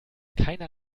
keiner